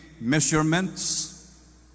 measurements